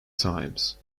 times